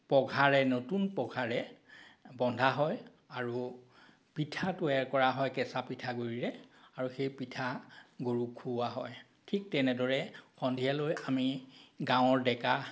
পঘাৰে নতুন পঘাৰে বন্ধা হয় আৰু পিঠা তৈয়াৰ কৰা হয় কেঁচা পিঠাগুৰিৰে আৰু সেই পিঠা গৰুক খুওঁৱা হয় ঠিক তেনেদৰে সন্ধিয়ালৈ আমি গাঁৱৰ ডেকা